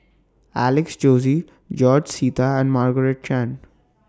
Alex Josey George Sita and Margaret Chan